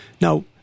Now